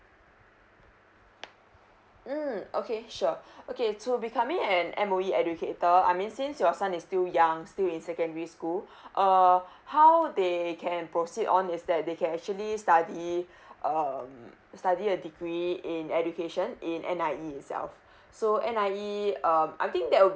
mm okay sure okay to becoming an M_O_E educator I mean since your son is still young still in secondary school err how they can proceed on is that they can actually study um study a degree in education in N_I_E itself so N_I_E um I think that would